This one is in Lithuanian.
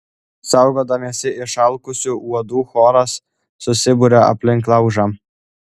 saugodamiesi išalkusių uodų choras susiburia aplink laužą